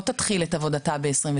לא תתחיל את עבודתה ב-2023,